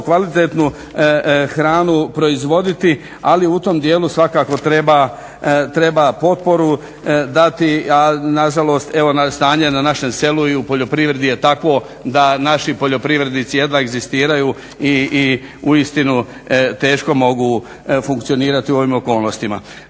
kvalitetnu hranu proizvoditi. Ali u tom dijelu svakako treba potporu dati, a na žalost evo stanje na našem selu i u poljoprivredi je takvo da naši poljoprivrednici jedva egzistiraju i uistinu teško mogu funkcionirati u ovim okolnostima.